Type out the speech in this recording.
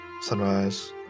sunrise